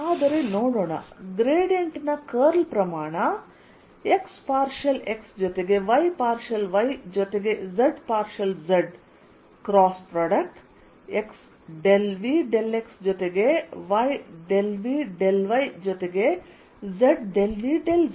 ಆದರೆ ನಾವು ನೋಡೋಣ ಗ್ರೇಡಿಯಂಟ್ ನ ಕರ್ಲ್ ಪ್ರಮಾಣ x ಪಾರ್ಷಿಯಲ್ x ಜೊತೆಗೆ y ಪಾರ್ಷಿಯಲ್ y ಜೊತೆಗೆ z partial z cross product x ∂V ∂x ಜೊತೆಗೆ y ∂V∂y ಜೊತೆಗೆ z ∂V ∂z